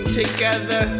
together